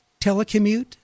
telecommute